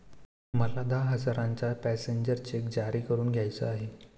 मला दहा हजारांचा पॅसेंजर चेक जारी करून घ्यायचा आहे